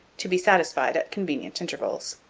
to be satisfied at convenient intervals.